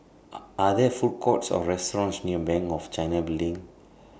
Are Are There Food Courts Or restaurants near Bank of China Building